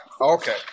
okay